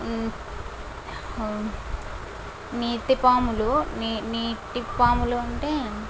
నీటి పాములు నీటి పాములు అంటే